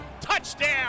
Touchdown